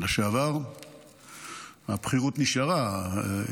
הבכירות נשארה.